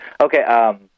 Okay